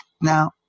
now